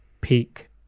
peak